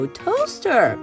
toaster